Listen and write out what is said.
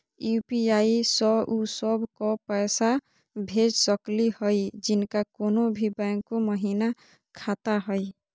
UPI स उ सब क पैसा भेज सकली हई जिनका कोनो भी बैंको महिना खाता हई?